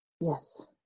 Yes